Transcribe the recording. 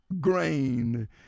grain